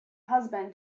husband